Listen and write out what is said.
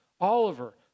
Oliver